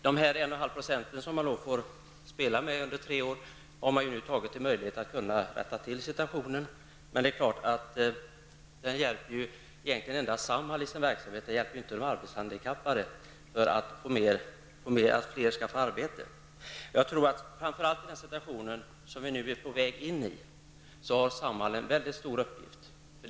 De 1,5 % som man nu får möjlighet att spela med under tre år har använts för att komma till rätta med situationen. Men det hjälper endast Samhall i dess verksamhet, det hjälper inte någon arbetshandikappad att få arbete. Framför allt i den situation som vi nu är på väg in i har Samhall en stor uppgift.